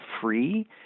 free